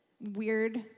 Weird